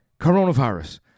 coronavirus